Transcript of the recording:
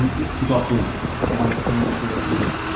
let's kick off with one that's coming through,